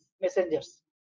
messengers